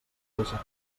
deixar